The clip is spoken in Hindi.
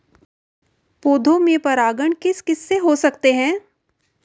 पौधों में परागण किस किससे हो सकता है?